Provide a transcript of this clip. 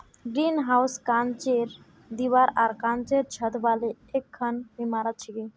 greenhouse कांचेर दीवार आर कांचेर छत वाली एकखन इमारत छिके